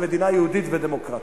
זאת מדינה יהודית ודמוקרטית.